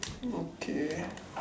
okay